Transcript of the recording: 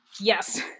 Yes